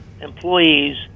employees